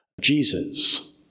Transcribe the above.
Jesus